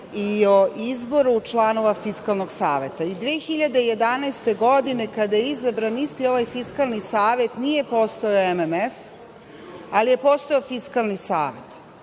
i o izboru članova Fiskalnog saveta. Godine 2011. kada je izabran isti ovaj Fiskalni savet nije postojao MMF, ali je postojao Fiskalni savet.